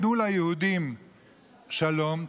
תנו ליהודים שלום,